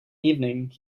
evening